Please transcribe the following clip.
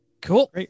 cool